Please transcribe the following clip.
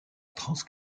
trans